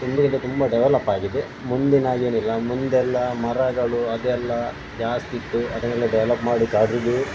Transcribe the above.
ಹಿಂದಿಗಿಂತ ತುಂಬ ಡೆವಲಪ್ ಆಗಿದೆ ಮುಂದಿನ ಹಾಗೇನಿಲ್ಲ ಮುಂದೆಲ್ಲ ಮರಗಳು ಅದು ಎಲ್ಲ ಜಾಸ್ತಿ ಇತ್ತು ಅದನ್ನೆಲ್ಲ ಡೆವಲಪ್ ಮಾಡಿ ಕಡಿದು